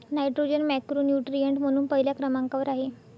nitrogen macronutrient म्हणून पहिल्या क्रमांकावर आहे